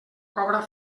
cobra